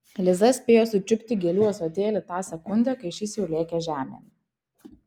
liza spėjo sučiupti gėlių ąsotėlį tą sekundę kai šis jau lėkė žemėn